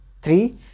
three